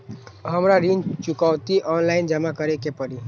हमरा ऋण चुकौती ऑनलाइन जमा करे के परी?